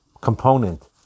component